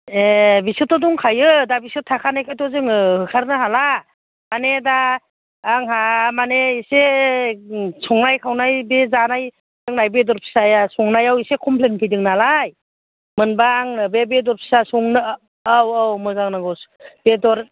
ए बिसोरथ' दंखायो दा बिसोर थाखानायखौथ' जोङो होखारनो हाला माने दा आंहा माने एसे संनाय खावनाय बे जानाय लोंनाय बेदर फिसाया संनायाव एसे कमप्लेन्ट फैदोंनालाय मोनब्ला आङो बे बेदर फिसा संनो औ औ मोजां नांगौ बेदर